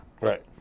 Right